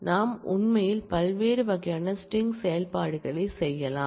நாம் உண்மையில் பல்வேறு வகையான ஸ்ட்ரிங்செயல்பாடுகளைச் செய்யலாம்